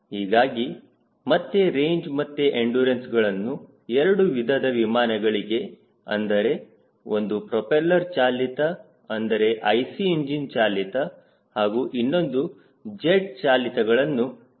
ಹೀಗಾಗಿ ಮತ್ತೆ ರೇಂಜ್ ಹಾಗೂ ಎಂಡುರನ್ಸ್ಗಳನ್ನು 2 ವಿಧದ ವಿಮಾನಗಳಿಗೆ ಅಂದರೆ ಒಂದು ಪ್ರೋಪೆಲ್ಲರ್ ಚಾಲಿತ ಅಂದರೆ ಐಸಿ ಇಂಜಿನ್ ಚಾಲಿತ ಹಾಗೂ ಇನ್ನೊಂದು ಜೆಟ್ ಚಾಲಿತಗಳನ್ನು ಗಮನಿಸೋಣ